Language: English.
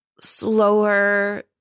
slower